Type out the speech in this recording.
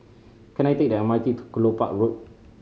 can I take the M R T to Kelopak Road